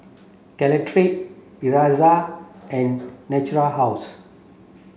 Caltrate Ezerra and Natura House